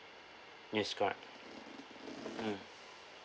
yes correct mm